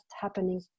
happening